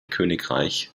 königreich